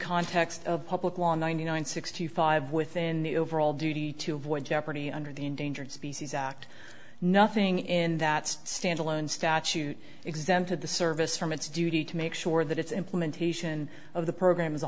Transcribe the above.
context of public law ninety nine sixty five within the overall duty to avoid jeopardy under the endangered species act nothing in that stand alone statute exempted the service from its duty to make sure that its implementation of the program as a